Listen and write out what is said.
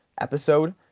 episode